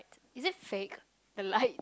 is it fake the light